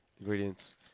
Ingredients